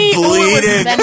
bleeding